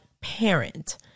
parent